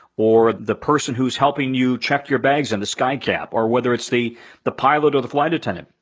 or the person who's helping you check your bags in the skycap, or whether it's the the pilot or the flight attendant,